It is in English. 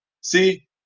See